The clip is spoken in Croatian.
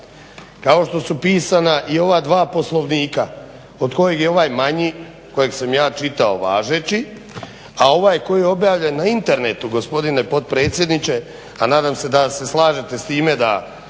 kao što su pisana i ova dva Poslovnika od kojeg je ovaj manji kojeg sam ja čitao važeći, a ovaj koji je objavljen na internetu gospodine potpredsjedniče, a nadam se da se slažete s time da